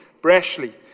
brashly